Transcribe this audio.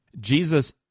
Jesus